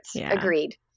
Agreed